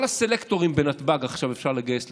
את כל הסלקטורים בנתב"ג אפשר לגייס עכשיו